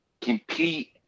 compete